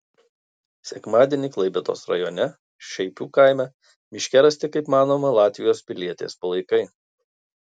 sekmadienį klaipėdos rajone šaipių kaime miške rasti kaip manoma latvijos pilietės palaikai